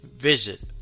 visit